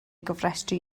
gofrestru